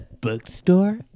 bookstore